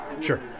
Sure